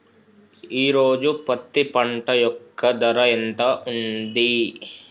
ఈ రోజు పత్తి పంట యొక్క ధర ఎంత ఉంది?